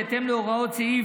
בהתאם להוראות סעיף,